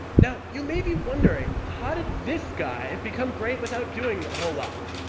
now, you may be wondering, how did this guy become great without doing a whole lot?